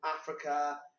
Africa